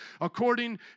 According